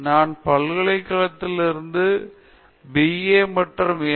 நான் பல்கலைக்கழகங்களில் இருந்து பி ஏ மற்றும் எம்